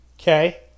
Okay